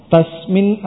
Tasmin